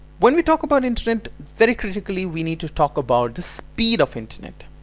when we talk about internet, very critically we need to talk about the speed of internet!